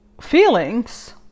feelings